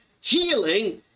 healing